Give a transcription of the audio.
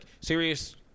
serious